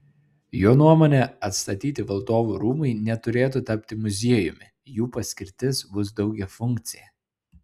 jo nuomone atstatyti valdovų rūmai neturėtų tapti muziejumi jų paskirtis bus daugiafunkcė